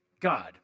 God